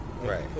Right